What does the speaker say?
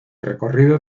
recorrido